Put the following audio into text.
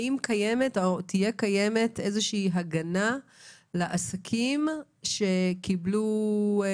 האם קיימת או תהיה קיימת איזושהי הגנה לעסקים שקיבלו התראה,